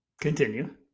Continue